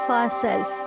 ourself